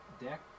deck